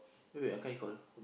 wait wait I can't recall